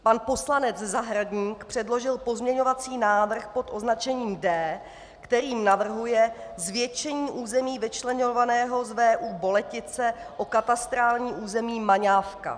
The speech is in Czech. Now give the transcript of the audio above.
Pan poslanec Zahradník předložil pozměňovací návrh pod označením D, který navrhuje zvětšení území vyčleňovaného z VÚ Boletice o katastrální území Maňávka.